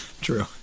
True